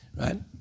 right